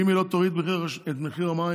אם היא לא תוריד את מחיר המים.